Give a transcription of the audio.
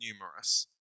numerous